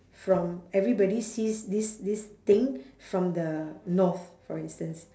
from everybody sees this this thing from the north for instance